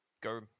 go